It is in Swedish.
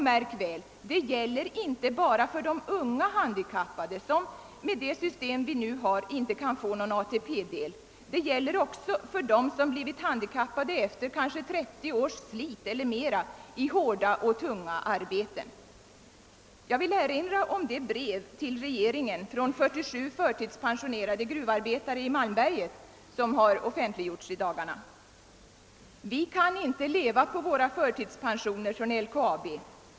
Märk väl — det gäller inte bara för de unga handikappade som med nuvarande system inte kan få någon ATP-del, utan det gäller också för dem som blivit handikappade efter kanske 30 års slit eller mera i hårda och tunga arbeten. Jag vill erinra om det brev till regeringen från 47 förtidspensionerade gruvarbetare från Malmberget som har offentliggjorts i dagarna. »Vi kan inte leva på våra förtidspensioner från LKAB.